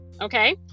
Okay